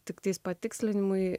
tiktais patikslinimui